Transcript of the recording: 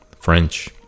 French